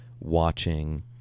watching